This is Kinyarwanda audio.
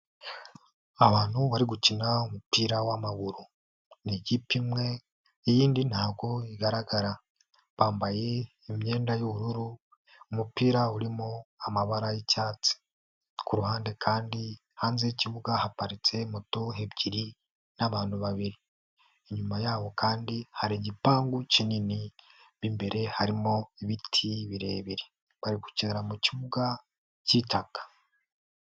Abantu bari gukina umupira w'amaguru ni ikipe imwe iyindi ntabwo igaragara, bambaye imyenda y'ubururu umupira urimo amabara y'icyatsi, ku ruhande kandi hanze y'ikibuga haparitse moto ebyiri n'abantu babiri, inyuma yabo kandi hari igipangu kinini, mo mbere harimo ibiti birebire, bari gukinira mu kibuga k'itaka.